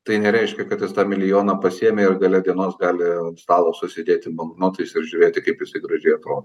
tai nereiškia kad jis tą milijoną pasiėmė ir gale dienos gali stalo susidėti banknotais ir žiūrėti kaip jisai gražiai atrodo